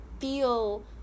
feel